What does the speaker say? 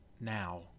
now